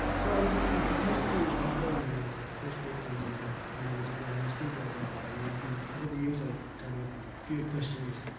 so, i was introduced to otto in my first week in new york, seven years ago, and i still go regularly and over the years i got a few questions.